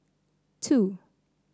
two